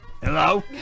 Hello